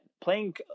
playing